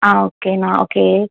ஆ okay நா okay